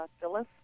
Phyllis